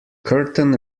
curtain